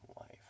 life